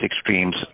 extremes